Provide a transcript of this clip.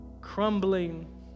crumbling